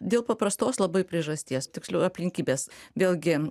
dėl paprastos labai priežasties tiksliau aplinkybės vėlgi